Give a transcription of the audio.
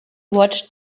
watched